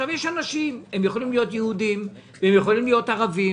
יש אנשים הם יכולים להיות יהודים והם יכולים להיות ערבים